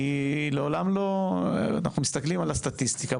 כי אנחנו מסתכלים על הסטטיסטיקה,